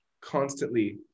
constantly